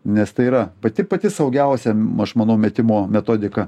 nes tai yra pati pati saugiausia aš manau metimo metodika